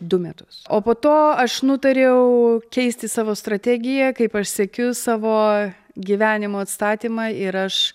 du metus o po to aš nutariau keisti savo strategiją kaip aš siekiu savo gyvenimo atstatymą ir aš